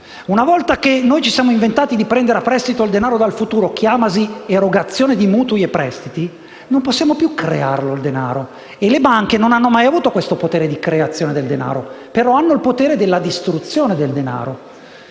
Una volta che ci siamo inventati di prendere a prestito il denaro dal futuro (chiamasi erogazione di mutui e prestiti), non possiamo più creare denaro; le banche non hanno mai avuto questo potere di creazione del denaro, però hanno il potere di distruggerlo.